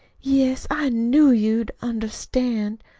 yes, i knew you'd understand.